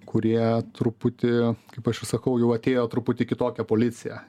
kurie truputį kaip aš vis sakau jau atėjo truputį į kitokia policija